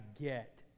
get